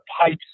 pipes